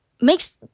makes